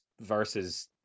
versus